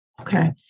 okay